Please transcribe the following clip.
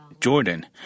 Jordan